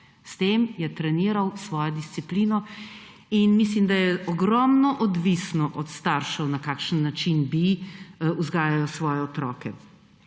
S tem je treniral svojo disciplino. Mislim, da je ogromno odvisno od staršev, na kakšen način vzgajajo svoje otroke.